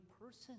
person